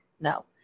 no